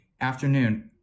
afternoon